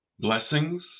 Blessings